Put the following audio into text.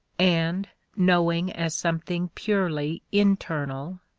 and knowing as something purely internal,